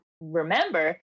remember